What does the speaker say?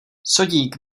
sodík